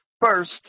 First